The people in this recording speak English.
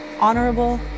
honorable